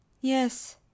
Yes